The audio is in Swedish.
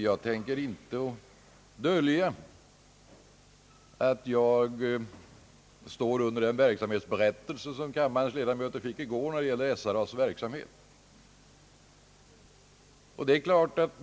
Jag tänker inte dölja att jag står under den verksamhetsberättelse om SRA:s verksamhet som kammarens ledamöter fick i går.